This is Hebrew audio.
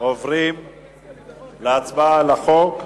אנחנו עוברים להצבעה על החוק.